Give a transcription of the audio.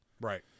right